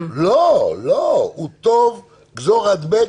לא נוטים לשנות חוקי יסוד,